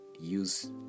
use